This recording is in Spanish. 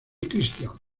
christian